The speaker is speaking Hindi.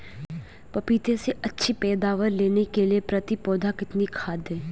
पपीते से अच्छी पैदावार लेने के लिए प्रति पौधा कितनी खाद दें?